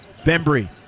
Bembry